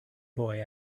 boy